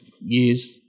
years